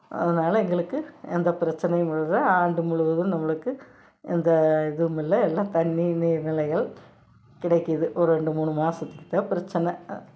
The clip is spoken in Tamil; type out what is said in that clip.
அதனால எங்களுக்கு எந்த பிரச்சனையும் இல்லை ஆண்டு முழுவதும் நம்மளுக்கு எந்த இதுவுமில்லை எல்லாம் தண்ணி நீர் நிலைகள் கிடைக்குது ஒரு ரெண்டு மூணு மாதத்துக்கு தான் பிரச்சனை